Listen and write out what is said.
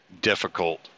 difficult